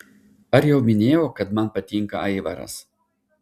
ar jau minėjau kad man patinka aivaras